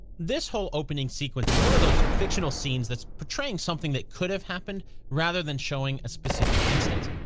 this whole opening sequence is one of those fictional scenes that's portraying something that could've happened rather than showing a specific instance.